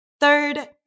Third